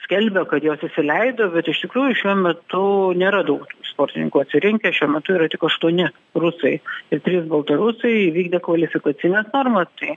skelbia kad juos įsileido bet iš tikrųjų šiuo metu nėra daug sportininkų atsirinkę šiuo metu yra tik aštuoni rusai ir trys baltarusai vykdę kvalifikacines normas tai